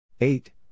eight